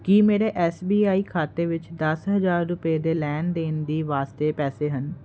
ਕੀ ਮੇਰੇ S B I ਖਾਤੇ ਵਿੱਚ ਦਸ ਹਜ਼ਾਰ ਰੁਪਏ ਦੇ ਲੈਣ ਦੇਣ ਦੇ ਵਾਸਤੇ ਪੈਸੇ ਹਨ